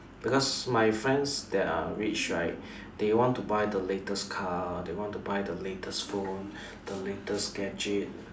because my friends that are rich right they want to buy the latest car they want to buy the latest phone the latest gadget